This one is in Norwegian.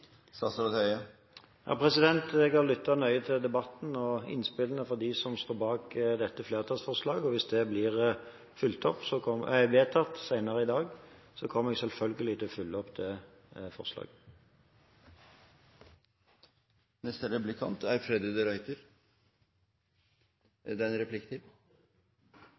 Jeg har lyttet nøye til debatten og innspillene til dem som står bak dette flertallsforslaget. Hvis det blir vedtatt senere i dag, kommer jeg selvfølgelig til å følge opp det